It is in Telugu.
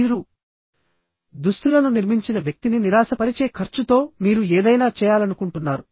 మీరు దుస్తులను నిర్మించిన వ్యక్తిని నిరాశపరిచే ఖర్చుతో మీరు ఏదైనా చేయాలనుకుంటున్నారు